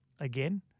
again